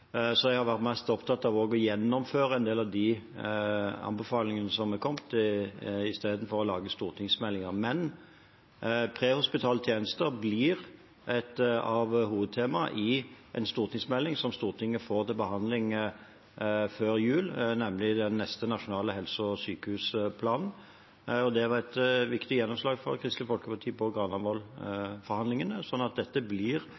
Så jeg har vært mest opptatt av å gjennomføre de anbefalingene som har kommet, istedenfor å lage stortingsmeldinger. Men prehospitale tjenester blir et av hovedtemaene i en stortingsmelding som Stortinget får til behandling før jul, nemlig den neste nasjonale helse- og sykehusplanen. Det var et viktig gjennomslag for Kristelig Folkeparti i Granavolden-forhandlingene, så dette blir